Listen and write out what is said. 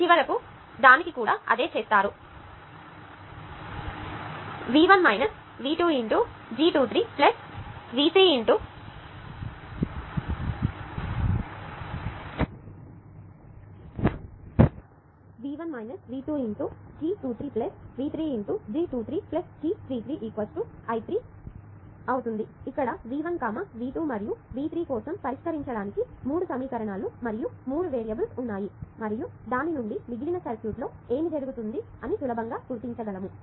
చివరకు చివరి దానికి అదే చేస్తారు G 2 3 V3 × G 2 3 G 3 3 I 3 ఇక్కడ V 1 V 2 మరియు V3 కోసం పరిష్కరించడానికి 3 సమీకరణాలు మరియు 3 వేరియబుల్స్ ఉన్నాయి మరియు దాని నుండి మిగిలిన సర్క్యూట్లో ఏమి జరుగుతుందో సులభంగా గుర్తించగలము